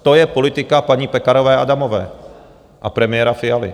To je politika paní Pekarové Adamové a premiéra Fialy.